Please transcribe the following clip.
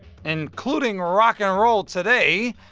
including rock n roll today,